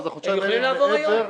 הן יכולות לעבור היום.